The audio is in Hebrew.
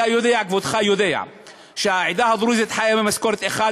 כבודך יודע שהעדה הדרוזית חיה ממשכורת אחת,